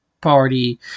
party